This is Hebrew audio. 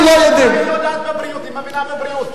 היא יודעת בבריאות, היא מבינה בבריאות.